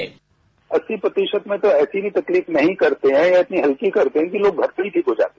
bite अस्सी प्रतिशत में तो ऐसे भी तकलीफ नहीं करते हैं या इतनी हल्की करते हैं कि लोग घर पर ही ठीक हो जाते हैं